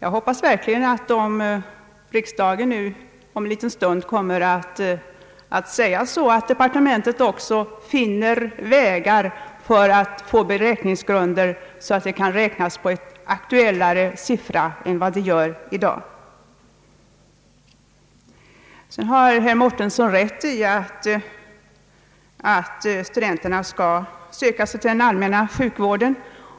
Jag hoppas verkligen att när riksdagen om en liten stund kommer att bifalla utskottets förslag att departementet också söker sådana beräkningsgrunder att man kan räkna på en aktuellare siffra än i dag. Herr Mårtensson har rätt i att studenterna skall söka sig till den allmänna sjukvården